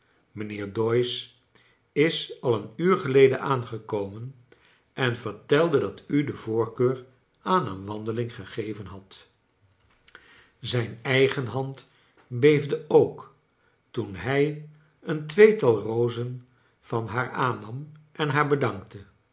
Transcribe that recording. mijnheer doyce is al een uur geleden aangekomen en vertelde dat u de voorkenr aan een wandeling gegeven hadt zijn eigen hand heefde ook toen hij een tweetal rozen van haar aannam en haar bedankte